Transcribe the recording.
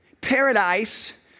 paradise